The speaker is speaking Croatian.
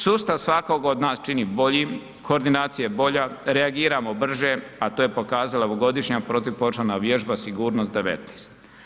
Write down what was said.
Sustav svakog od nas čini boljim, koordinacija je bolja, reagiramo brže, a to je pokazala ovogodišnja protupožarna vježba Sigurnost 19.